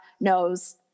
knows